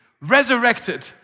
resurrected